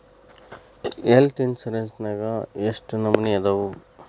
Health insurance ನ್ಯಾಗ್ ಯೆಷ್ಟ್ ನಮನಿ ಅದಾವು?